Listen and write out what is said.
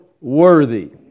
worthy